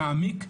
מעמיק,